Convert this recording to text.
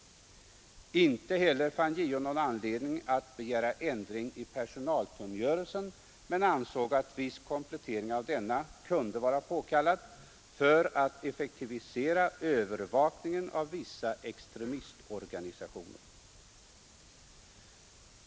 Inte heller fann JO någon anledning att göra ändring i personalkungörelsen men ansåg att viss komplettering av denna kunde vara påkallad för att effektivisera övervakningen av vissa extremistorganisationer.